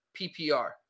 PPR